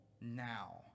now